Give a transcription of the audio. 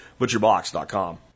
ButcherBox.com